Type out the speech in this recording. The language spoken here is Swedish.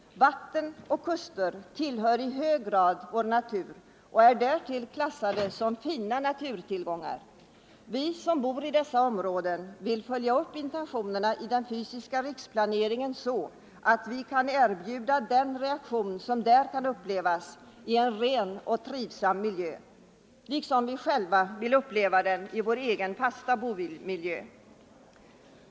Vatten och kuster tillhör i hög grad vår natur och är därtill klassade som fina naturtillgångar. Vi som bor i kustområdena vill följa upp intentionerna i den fysiska riksplaneringen så att vi kan erbjuda den rekreation som där kan upplevas i en ren och trivsam miljö, liksom vi själva vill uppleva den i vår egen fasta bomiljö.